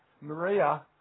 Maria